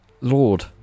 Lord